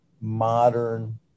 modern